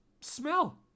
smell